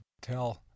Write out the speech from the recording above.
tell